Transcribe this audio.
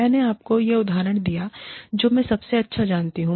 मैंने आपको वह उदाहरण दिया है जो मैं सबसे अच्छा जानती हूं